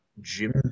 Jim